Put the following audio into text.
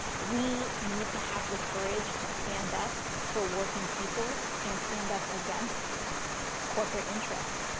we need to have the courage to stand up for working people and stand up against corporate interests.